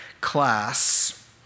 class